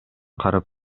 карап